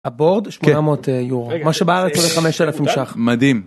‫הבורד? 800 יורו. ‫-כן, רגע, רגע, רגע, רגע, רגע. ‫מה שבארץ הולך 5,000 ש"ח. ‫-מדהים.